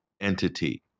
entity